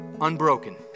unbroken